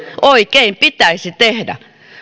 oikein pitäisi tehdä